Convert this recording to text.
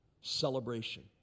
celebration